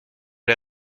les